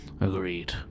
Agreed